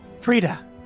Frida